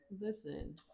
Listen